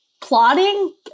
plotting